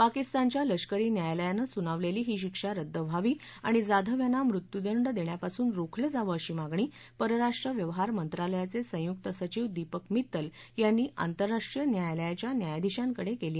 पाकिस्तानच्या लष्करी न्यायालयानं सुनावलेली ही शिक्षा रद्द व्हावी आणि जाधव यांना मृत्यूदंड देण्यापासून रोखलं जावं अशी मागणी परराष्ट्र व्यवहार मंत्रालयाचे संयुक सचिव दीपक मित्तल यांनी आंतरराष्ट्रीय न्यायालयाच्या न्यायाधिशांकडे केली